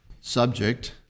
Subject